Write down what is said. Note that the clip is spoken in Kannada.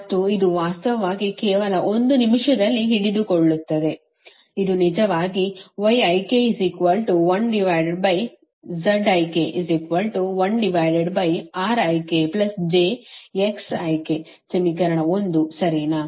ಮತ್ತು ಇದು ವಾಸ್ತವವಾಗಿ ಕೇವಲ ಒಂದು ನಿಮಿಷದಲ್ಲಿ ಹಿಡಿದಿಟ್ಟುಕೊಳ್ಳುತ್ತದೆ ಇದು ನಿಜವಾಗಿ ಸಮೀಕರಣ 1 ಸರಿನಾ